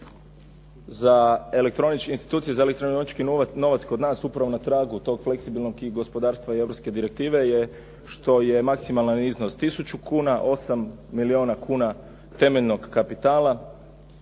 za elektronički novac kod nas upravo na tragu tog fleksibilnog i gospodarstva i europske direktive je što je maksimalan iznos 1000 kuna, 8 milijuna kuna temeljnog kapitala